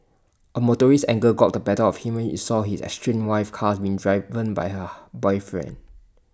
A motorist's anger got the better of him when he saw his estranged wife's car being driven by her boyfriend